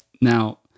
Now